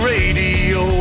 Radio